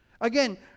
Again